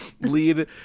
lead